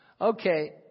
Okay